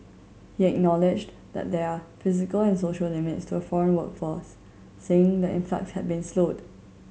he acknowledged that there are physical and social limits to a foreign workforce saying the influx had been slowed